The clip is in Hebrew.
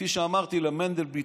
כפי שאמרתי למנדלבליט,